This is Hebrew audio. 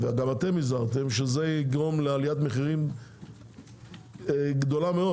וגם אתם הזהרתם שזה יגרום לעליית מחירים גדולה מאוד